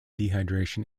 dehydration